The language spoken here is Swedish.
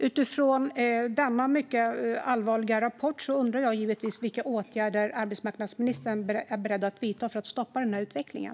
Utifrån denna mycket allvarliga rapport undrar jag givetvis vilka åtgärder arbetsmarknadsministern är beredd att vidta för att stoppa den här utvecklingen.